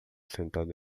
sentado